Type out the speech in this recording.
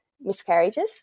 miscarriages